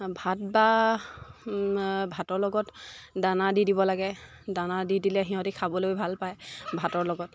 ভাত বা ভাতৰ লগত দানা দি দিব লাগে দানা দি দিলে সিহঁতে খাবলৈ ভাল পায় ভাতৰ লগত